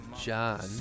John